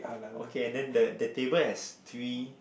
okay then the the table has three